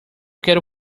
quero